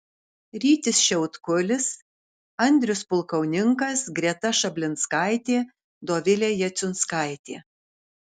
rytis šiautkulis andrius pulkauninkas greta šablinskaitė dovilė jaciunskaitė